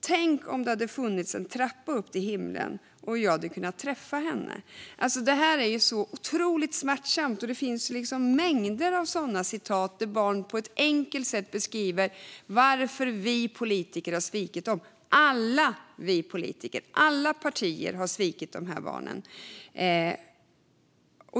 Tänk om det hade funnits en trappa upp till himlen och jag hade kunnat träffa henne. Detta är ju otroligt smärtsamt, och det finns mängder av citat där barn på ett enkelt sätt beskriver varför vi politiker har svikit dem. Alla vi politiker och alla partier har svikit dessa barn.